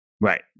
Right